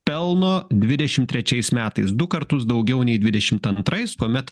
pelno dvidešim trečiais metais du kartus daugiau nei dvidešimt antrais kuomet